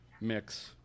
mix